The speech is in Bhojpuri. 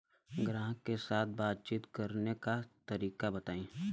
ग्राहक के साथ बातचीत करने का तरीका बताई?